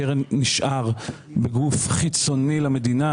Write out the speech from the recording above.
הקרן נשאר גוף חיצוני למדינה,